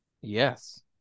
Yes